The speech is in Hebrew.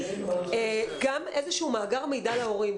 גם איזשהו מאגר מידע להורים.